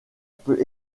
peut